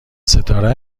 ستاره